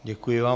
Děkuji vám.